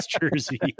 jersey